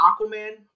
Aquaman